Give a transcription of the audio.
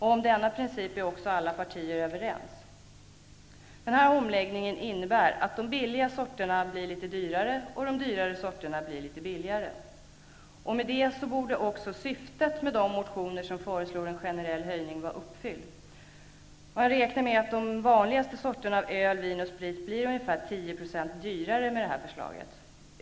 Om denna princip är alla partier också överens. Den här omläggningen innebär att de billiga sorterna blir litet dyrare och de dyrare sorterna litet billigare. Med det borde också syftet med de motioner där man föreslår en generell höjning vara uppfyllt. Man räknar med att de vanligaste sorterna öl, vin och sprit blir ungefär 10 % dyrare med det här förslaget.